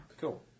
Cool